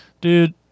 Dude